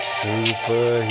super